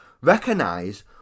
Recognize